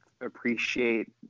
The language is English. appreciate